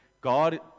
God